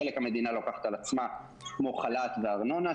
חלק המדינה לוקחת על עצמה כמו חל"ת וארנונה,